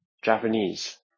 Japanese